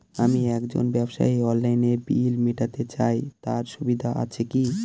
আমি একজন ব্যবসায়ী অনলাইনে বিল মিটাতে চাই তার সুবিধা আছে কি?